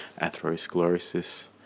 atherosclerosis